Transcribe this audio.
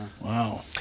Wow